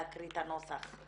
להקריא את הנוסח.